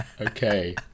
Okay